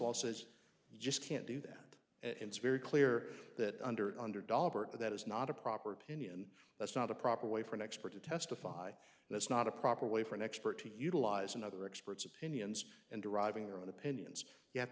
law says you just can't do that it's very clear that under under dahlberg that is not a proper opinion that's not a proper way for an expert to testify and it's not a proper way for an expert to utilize and other experts opinions and deriving their own opinions you have